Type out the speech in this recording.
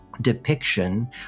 depiction